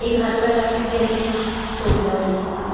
এই ভালো লাগা থেকে আমি কবিতাও লিখেছি